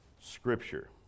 Scripture